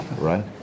Right